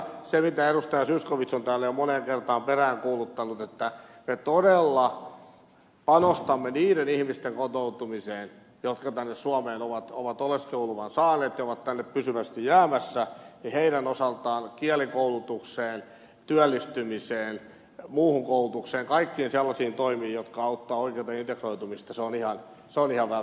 zyskowicz on täällä jo moneen kertaan peräänkuuluttanut että me todella panostamme niiden ihmisten kotoutumiseen jotka tänne suomeen ovat oleskeluluvan saaneet ja ovat tänne pysyvästi jäämässä ja heidän osaltaan kielikoulutukseen työllistymiseen muuhun koulutukseen kaikkiin sellaisiin toimiin jotka auttavat oikeata integroitumista on ihan välttämätöntä